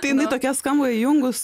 tai jinai tokia skamba įjungus